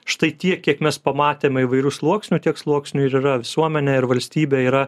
štai tiek kiek mes pamatėme įvairių sluoksnių tiek sluoksnių ir yra visuomenė ir valstybė yra